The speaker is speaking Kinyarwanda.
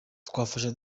twafasha